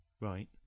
Right